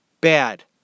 bad